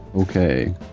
Okay